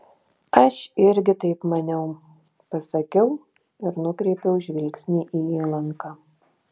aš irgi taip maniau pasakiau ir nukreipiau žvilgsnį į įlanką